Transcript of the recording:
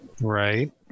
Right